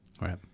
Right